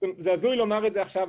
זה הזוי לומר את זה עכשיו,